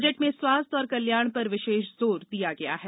budget में स्वास्थ्य और कल्याण पर विशेष जोर दिया गया है